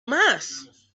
más